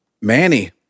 manny